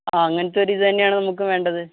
ആ അങ്ങനെത്തെയൊരു ഇതു തന്നെയാണ് നമുക്കും വേണ്ടത്